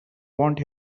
want